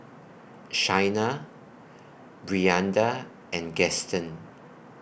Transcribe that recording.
Shaina Brianda and Gaston